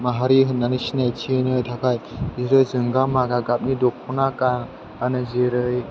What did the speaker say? माहारि होननानै सिनायथि होनो थाखाय बिदिनो जोंगा मागा गाबनि दख'ना गानो जेरै